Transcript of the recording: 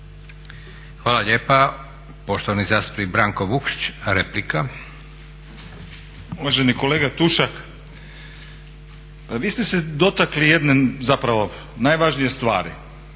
Hvala lijepa. Poštovani zastupnik Branko Vukšić, replika.